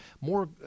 more